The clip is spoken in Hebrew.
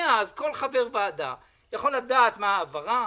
מאז כל חבר ועדה יכול לדעת מה ההעברה,